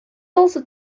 also